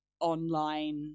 online